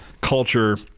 culture